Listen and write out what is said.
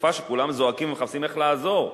בתקופה שכולם זועקים ומחפשים איך לעזור.